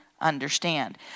understand